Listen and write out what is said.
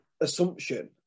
assumption